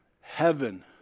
heaven